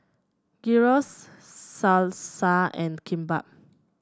Gyros Salsa and Kimbap